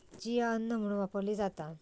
chia अन्न म्हणून वापरली जाता